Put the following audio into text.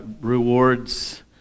rewards